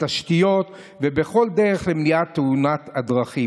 בתשתיות ובכל דרך למניעת תאונות הדרכים.